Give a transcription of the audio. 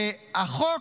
החוק,